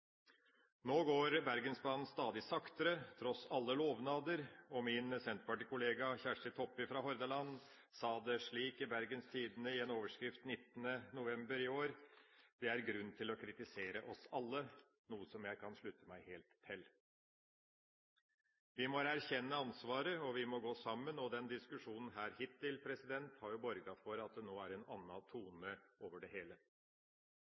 Nå går Bergensbanen stadig saktere, tross alle lovnader. Min senterpartikollega fra Hordaland, Kjersti Toppe, sa det slik i Bergens Tidende i en overskrift 19. november i år: «Det er grunn til å kritisere oss alle.» Det er noe jeg kan slutte meg helt til. Vi må erkjenne ansvaret, og vi må gå sammen, og diskusjonen her hittil, borger for at det nå er en annen tone over det hele.